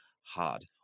hard